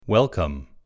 Welcome